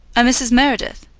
a mrs. meredith.